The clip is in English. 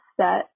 set